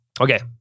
Okay